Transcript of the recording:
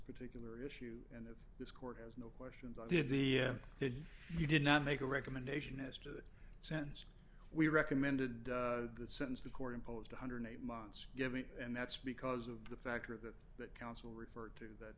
particular issue and this court has no questions i did the did you did not make a recommendation as to the sense we recommended of the sentence the court imposed one hundred and eight months give me and that's because of the factor that that counsel referred to that